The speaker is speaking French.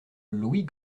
louis